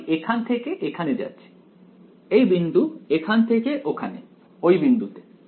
তাই আমি এখান থেকে এখানে যাচ্ছি এই বিন্দু এখান থেকে ওখানে ওই বিন্দুতে